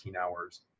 hours